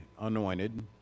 anointed